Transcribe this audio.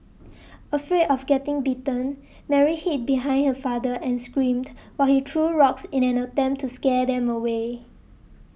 afraid of getting bitten Mary hid behind her father and screamed while he threw rocks in an attempt to scare them away